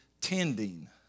tending